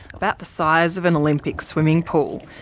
about the size of an olympic swimming pool.